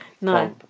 No